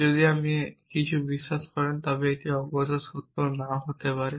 যদি আপনি কিছু বিশ্বাস করেন তবে এটি অগত্যা সত্য নাও হতে পারে